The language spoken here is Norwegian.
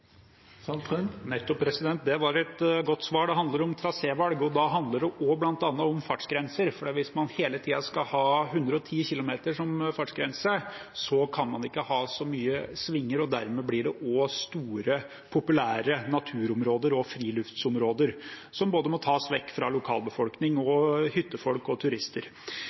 Nettopp. Det var et godt svar; det handler om trasévalg. Da handler det også om bl.a. fartsgrenser. Hvis man hele tiden skal ha 110 km/t som fartsgrense, kan man ikke ha så mye svinger, og dermed er det også store, populære naturområder og friluftsområder som må tas vekk fra både lokalbefolkning, hyttefolk og turister.